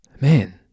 man